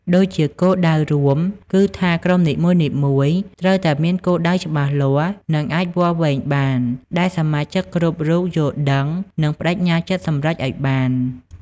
ដូចជាគោលដៅរួម គឺថាក្រុមនីមួយៗត្រូវតែមានគោលដៅច្បាស់លាស់ និងអាចវាស់វែងបាន ដែលសមាជិកគ្រប់រូបយល់ដឹង និងប្តេជ្ញាសម្រេចឱ្យបាន។